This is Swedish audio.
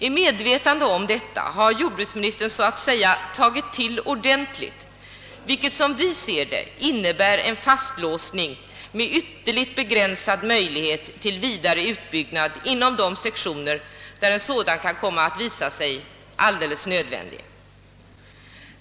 I medvetande om detta har jordbruksministern så att säga tagit till ordentligt, vilket, som vi ser det, innebär en fastlåsning med ytterligt begränsad möjlighet till vidare utbyggnad inom de sektioner där en sådan kan komma att visa sig alldeles nödvändig.